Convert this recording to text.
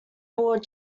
board